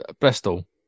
Bristol